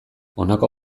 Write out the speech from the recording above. honako